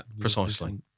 precisely